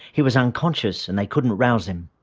he was unconscious and they couldn't rouse him.